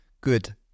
good